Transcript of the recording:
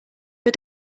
but